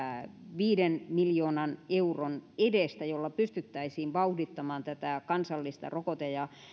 viiden miljoonan euron edestä jolla pystyttäisiin vauhdittamaan kansallista rokote ja